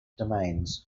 domains